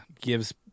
gives